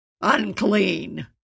Unclean